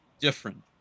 different